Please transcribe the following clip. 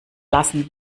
lassen